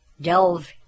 delve